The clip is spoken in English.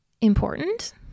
important